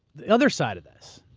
the other side of this.